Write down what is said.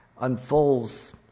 unfolds